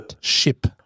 Ship